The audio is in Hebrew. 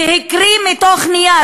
והקריא מתוך נייר,